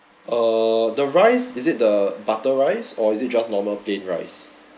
uh the rice is it the butter rice or is it just normal plain rice